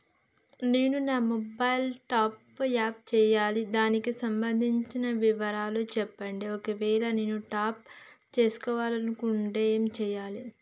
నేను నా mobile top up చేయాలి దానికి సంబంధించిన వివరాలు చెప్పండి ఒకవేళ నేను టాప్ చేసుకోవాలనుకుంటే ఏం చేయాలి?